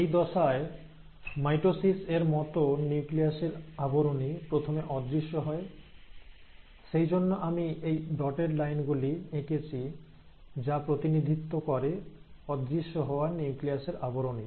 এই দশায় মাইটোসিস এর মত নিউক্লিয়াসের আবরণী প্রথমে অদৃশ্য হয় সেই জন্য আমি এই ডটেড লাইনগুলি এঁকেছি যা প্রতিনিধিত্ব করে অদৃশ্য হওয়া নিউক্লিয়াসের আবরণীর